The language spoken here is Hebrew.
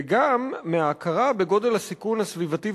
וגם מההכרה בגודל הסיכון הסביבתי